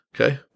Okay